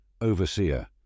Overseer